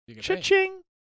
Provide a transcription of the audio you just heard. cha-ching